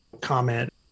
comment